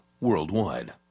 Worldwide